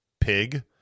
pig